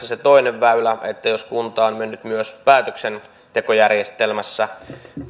se toinen väylä että jos kunta on mennyt myös päätöksentekojärjestelmässä